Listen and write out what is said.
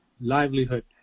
livelihood